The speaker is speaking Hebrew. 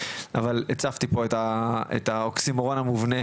אבל הצפתי פה את האוקסימורון המובנה